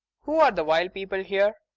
who are the wild people here?